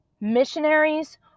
missionaries